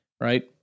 right